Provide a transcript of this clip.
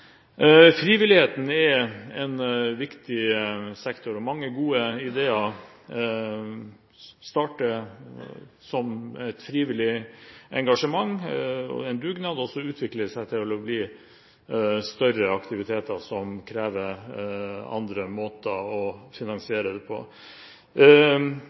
Frivilligheten er en viktig sektor, og mange gode ideer startes som et frivillig engasjement og dugnad, og utvikler seg til å bli større aktiviteter som krever andre måter å